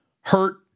hurt